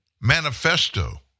manifesto